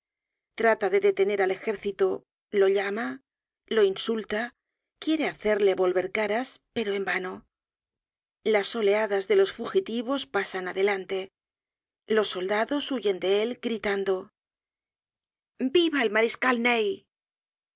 trata de detener al ejército lo llama lo insulta quiere hacerle volver caras pero en vano las oleadas de los fugitivos pasan adelante los soldados huyen de él gritando viva el mariscal ney